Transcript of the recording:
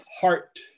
heart